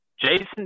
Jason